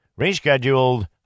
rescheduled